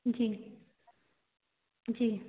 जी जी